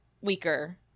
weaker